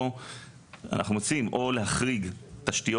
אז אנחנו מציעים או פשוט להחריג תשתיות,